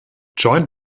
joint